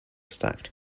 stacked